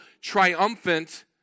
triumphant